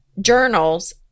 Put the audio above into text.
journals